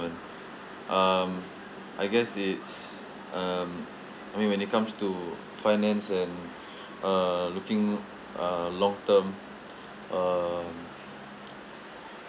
um I guess it's um I mean when it comes to finance and uh looking uh long term um